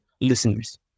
listeners